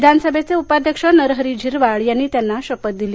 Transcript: विधानसभेचे उपाध्यक्ष नरहरी झिरवाळ यांनी त्यांना शपथ दिली